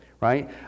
Right